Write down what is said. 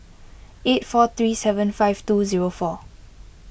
eight four three seven five two zero four